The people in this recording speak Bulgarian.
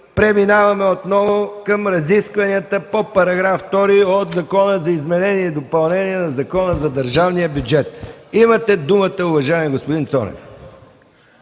Преминаваме отново към разискванията по § 2 от Закона за изменение и допълнение на Закона за държавния бюджет. Имате думата, уважаеми господин Цонев.